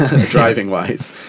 driving-wise